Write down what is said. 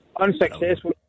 Unsuccessful